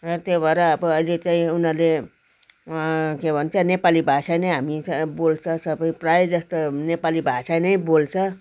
र त्यो भएर अब अहिले चाहिँ उनीहरूले के भन्छ नेपाली भाषा नै हामी बोल्छ सबै प्राय जस्तो नेपाली भाषा नै बोल्छ